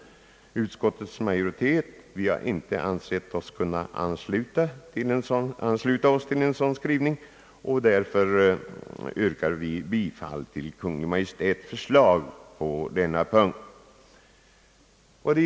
Vi har i utskottets majoritet inte ansett oss kunna biträda en sådan skrivning och yrkar därför bifall till Kungl. Maj:ts förslag i denna punkt.